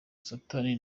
satani